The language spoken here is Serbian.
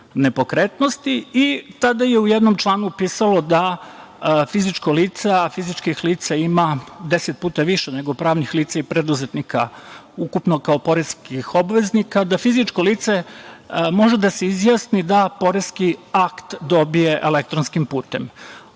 nepokretnosti. Tada je u jednom članu pisalo da fizičko lice, fizičkih lica ima 10 puta više nego pravnih lica i preduzetnika ukupno kao poreskih obveznika, da fizičko lice može da se izjasni da poreski akt dobije elektronskim putem. Ova